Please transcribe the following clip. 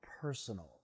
personal